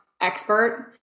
expert